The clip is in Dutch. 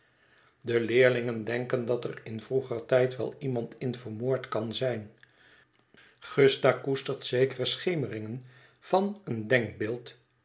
de leerlingen denken dat er in vroeger tijd wel iemand in vermoord kan zijn gusta koestert zekere schemeringen van een denkbeeld